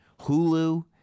Hulu